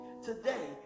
Today